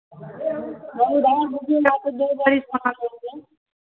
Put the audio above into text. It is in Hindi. जो उधार दीजिएगा तो दो भरी सोना लेंगे